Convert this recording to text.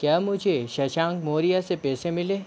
क्या मुझे शशांक मौर्य से पैसे मिले